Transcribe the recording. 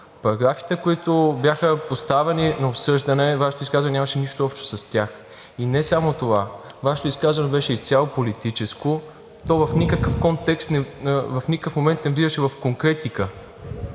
Параграфите, които бяха поставени на обсъждане, Вашето изказване нямаше нищо общо с тях. И не само това, Вашето изказване беше изцяло политическо, то в никакъв момент не влизаше в конкретика